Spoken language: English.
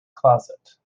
closet